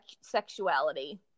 sexuality